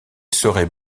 serait